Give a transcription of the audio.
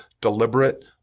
deliberate